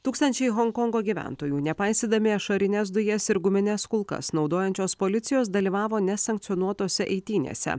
tūkstančiai honkongo gyventojų nepaisydami ašarines dujas ir gumines kulkas naudojančios policijos dalyvavo nesankcionuotose eitynėse